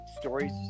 stories